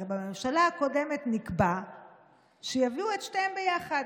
הרי בממשלה הקודמת נקבע שיביאו את שתיהן ביחד,